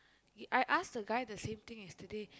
I ask the guy the same thing yesterday